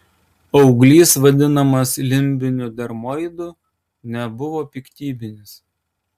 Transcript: auglys vadinamas limbiniu dermoidu nebuvo piktybinis